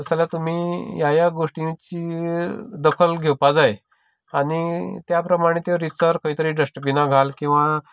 तशें जाल्यार तुमी ह्या ह्या गोश्टिंची दखल घेवपाक जाय आनी त्या प्रमाणें त्यो रितसर खंयतरी डस्टबिना घाल किंवा